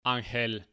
Angel